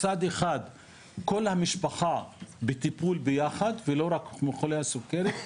מצד אחד כל המשפחה תהיה בטיפול ביחד ולא רק חולה הסוכרת,